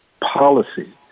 policy